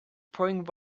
pouring